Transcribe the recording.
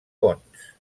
cons